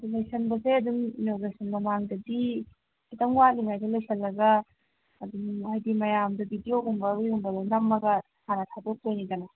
ꯑꯗꯨꯝ ꯂꯣꯏꯁꯤꯟꯕꯁꯦ ꯑꯗꯨꯝ ꯏꯟꯅꯣꯒ꯭ꯔꯦꯁꯟ ꯃꯃꯥꯡꯗꯗꯤ ꯈꯤꯇꯪ ꯋꯥꯠꯂꯤꯉꯥꯏꯗ ꯂꯣꯏꯁꯤꯜꯂꯒ ꯑꯗꯨꯝ ꯍꯥꯏꯗꯤ ꯃꯌꯥꯝꯗ ꯕꯤꯗꯤꯑꯣꯒꯨꯝꯕ ꯀꯩꯒꯨꯝꯕꯗꯣ ꯅꯝꯃꯒ ꯍꯥꯟꯅ ꯊꯥꯗꯣꯛꯇꯣꯏꯅꯤꯗꯅ